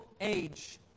age